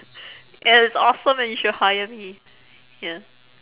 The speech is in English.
ya it's awesome and you should hire me ya